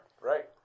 Right